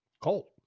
Colt